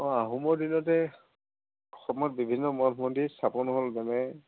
অঁ আহোমৰ দিনতে অসমত বিভিন্ন মঠ মন্দিৰ স্থাপন হ'ল মানে